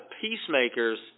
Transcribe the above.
peacemakers